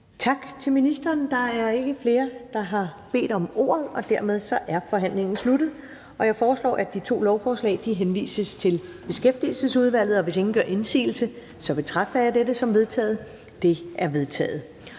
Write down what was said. Tak til ministeren. Der er ikke flere, der har bedt om ordet, og dermed er forhandlingen sluttet. Jeg foreslår, at de to lovforslag henvises til Beskæftigelsesudvalget, og hvis ingen gør indsigelse, betragter jeg dette som vedtaget. Det er vedtaget.